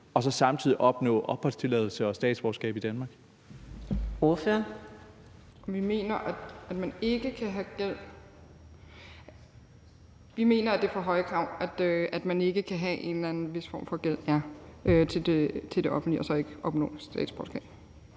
Liliendahl Brydensholt (ALT): Vi mener, at det er for høje krav, at man ikke kan have en eller anden form for gæld til det offentlige og så ikke opnå statsborgerskab.